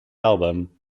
album